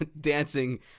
dancing